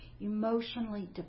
emotionally